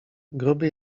gruby